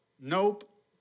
nope